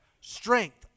Strength